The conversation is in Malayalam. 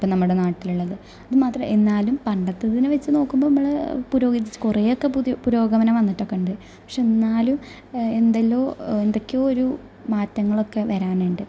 ഇപ്പോൾ നമ്മുടെ നാട്ടിലുള്ളത് അതുമാത്ര എന്നാലും പണ്ടത്തതിനെ വെച്ചു നോക്കുമ്പോൾ നമ്മൾ പുരോഗമിച്ചു കുറേയൊക്കെ പുതിയ പുരോഗമനം വന്നിട്ടൊക്കെയുണ്ട് പക്ഷെ എന്നാലും എന്തെല്ലോ എന്തൊക്കെയോ ഒരു മാറ്റങ്ങളൊക്കെ വരാനുണ്ട്